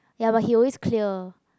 ya but he always clear